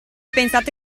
pensate